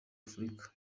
afurika